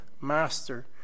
master